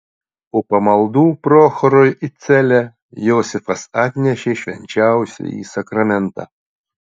po pamaldų prochorui į celę josifas atnešė švenčiausiąjį sakramentą